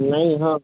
ନାଇ ହଁ